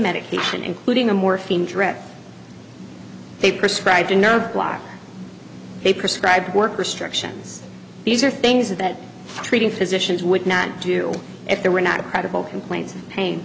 medication including a morphine drip they prescribe a nerve block they prescribe work restrictions these are things that treating physicians would not do if there were not a credible complaints of pain